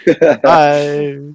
Bye